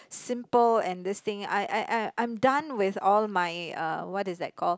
simple and this thing I I I I'm done with all my uh what is that called